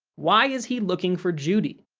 why is he looking for judy?